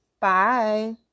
Bye